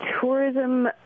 Tourism